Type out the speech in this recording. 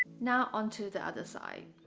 now on to the other side